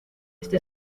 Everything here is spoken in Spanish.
este